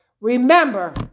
Remember